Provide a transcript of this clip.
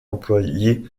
employé